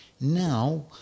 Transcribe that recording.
Now